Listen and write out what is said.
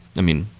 i mean,